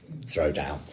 Throwdown